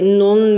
non